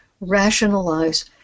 rationalize